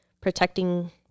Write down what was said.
protecting